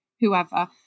whoever